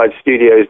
Studios